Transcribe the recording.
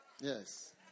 Yes